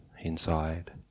inside